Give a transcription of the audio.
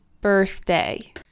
birthday